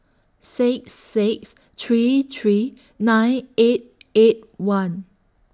six six three three nine eight eight one